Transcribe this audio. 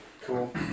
Cool